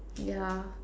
ya